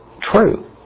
true